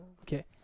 Okay